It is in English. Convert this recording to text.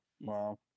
Wow